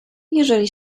jeżeli